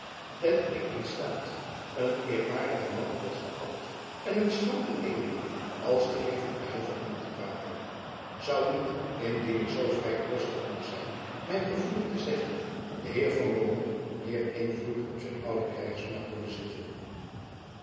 ben ik in staat een eerwaardigen man als den abt en een schranderen edelman als den heer van aylva om te praten zou niet indien ik zoo vrijpostig mag zijn mijn gevoelen te zeggen de heer van beaumont meer invloed op zijn ouden krijgsmakker bezitten